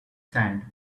sand